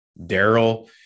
Daryl